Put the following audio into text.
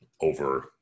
over